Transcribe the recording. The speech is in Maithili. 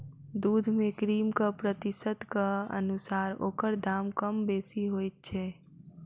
दूध मे क्रीमक प्रतिशतक अनुसार ओकर दाम कम बेसी होइत छै